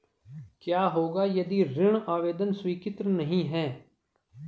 क्या होगा यदि ऋण आवेदन स्वीकृत नहीं है?